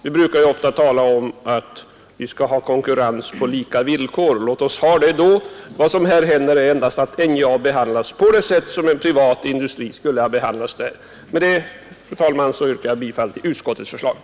Vi talar ofta om att vi skall ha konkurrens på lika villkor. Låt oss ha det då! Vad som här händer är bara att NJA behandlas på det sätt som en privat industri skulle ha behandlats. Med detta, fru talman, yrkar jag bifall till utskottets hemställan.